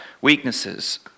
weaknesses